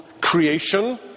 creation